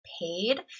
paid